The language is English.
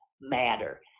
matter